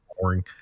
Boring